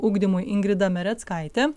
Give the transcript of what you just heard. ugdymui ingrida mereckaitė